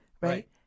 right